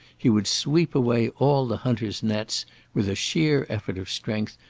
he would sweep away all the hunter's nets with a sheer effort of strength,